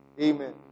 Amen